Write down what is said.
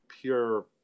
pure